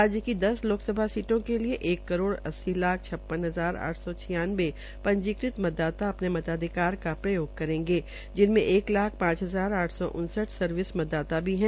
राज्य की इस लोकसभा सीटों के लिये एक करोड़ अस्सी लाख छप्पन हजार आठ सौ छियानवे पंजीकृत मतदाता अपने मताधिकार का प्रयोग करेंगे जिसमें एक पांच हजार आठ सौ उनसठ सर्विस मतदाता भी है